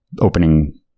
opening